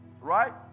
right